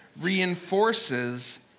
reinforces